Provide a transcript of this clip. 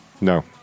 No